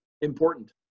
important